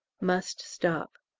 must stop.